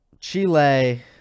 Chile